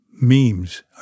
memes